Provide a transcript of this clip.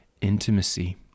intimacy